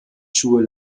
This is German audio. schuhe